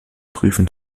prüfen